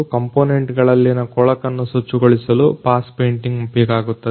component ಗಳಲ್ಲಿನ ಕೊಳಕನ್ನು ಸ್ವಚ್ಛಗೊಳಿಸಲು ಪಾಸ್ ಪೇಟಿಂಗ್ ಬೇಕಾಗುತ್ತದೆ